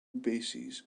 bases